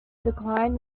decline